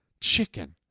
chicken